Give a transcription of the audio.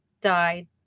died